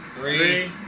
three